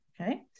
okay